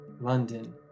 London